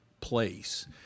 place